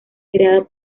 creada